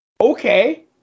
okay